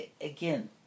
Again